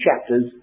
chapters